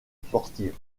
sportives